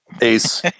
Ace